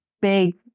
big